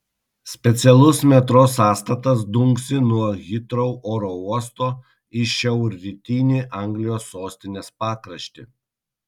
specialus metro sąstatas dunksi nuo hitrou oro uosto į šiaurrytinį anglijos sostinės pakraštį